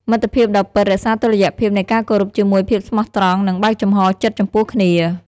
មិត្តភាពដ៏ពិត រក្សាតុល្យភាពនៃការគោរពជាមួយភាពស្មោះត្រង់ និងបើកចំហចិត្តចំពោះគ្នា។